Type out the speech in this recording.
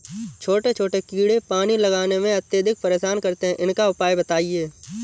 छोटे छोटे कीड़े पानी लगाने में अत्याधिक परेशान करते हैं इनका उपाय बताएं?